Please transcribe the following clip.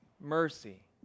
mercy